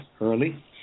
early